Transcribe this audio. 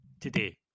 today